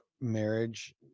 marriage